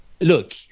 look